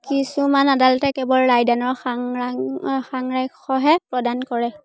কিছুমান আদালতে কেৱল ৰায়দানৰ সাৰাংশহে প্ৰদান কৰে